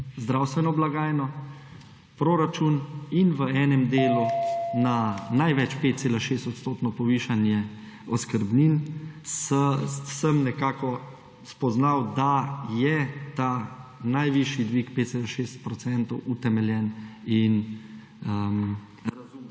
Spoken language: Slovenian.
zdravstveno blagajno, proračun in v enem delu na največ 5,6-odstotno povišanje oskrbnin, sem nekako spoznal, da je ta najvišji dvig 5,6 procenta utemeljen in razumen.